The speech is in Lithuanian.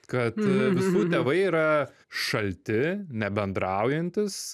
kad visų tėvai yra šalti nebendraujantys